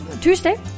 Tuesday